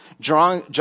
John